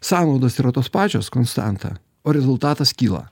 sąnaudos yra tos pačios konstanta o rezultatas kyla